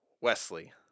Wesley